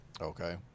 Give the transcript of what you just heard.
Okay